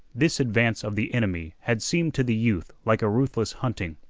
this advance of the enemy had seemed to the youth like a ruthless hunting.